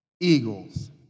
Eagles